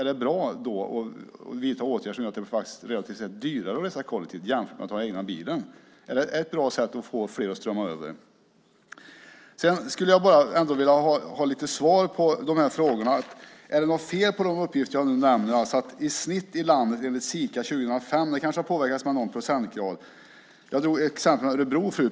Är det då bra att vidta åtgärder som gör att det blir relativt sett dyrare att åka kollektivt jämfört med att åka med den egna bilen? Är det ett bra sätt att få fler att strömma över? Jag vill ändå ha lite svar på frågorna. Är det något fel på uppgifterna jag nämner? Det kanske har påverkats med någon procentgrad. Jag tog förut exemplet Örebro.